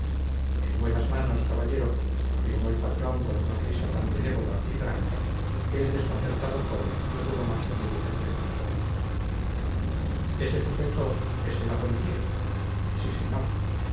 en buenas manos caballero afirmó el patrón con sonrisa tan benévola y franca que el desconcertado joven no tuvo más remedio que creerle ese sujeto es de la policía sí señor